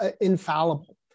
infallible